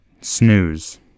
snooze